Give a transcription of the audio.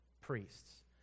priests